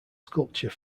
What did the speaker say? sculpture